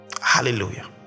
Hallelujah